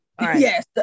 yes